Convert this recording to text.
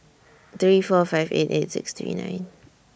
three four five eight eight six three nine